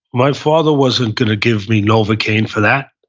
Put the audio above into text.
my father wasn't going to give me novocaine for that.